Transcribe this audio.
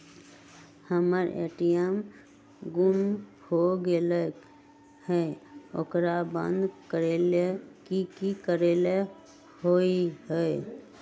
हमर ए.टी.एम गुम हो गेलक ह ओकरा बंद करेला कि कि करेला होई है?